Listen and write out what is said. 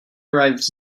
arrives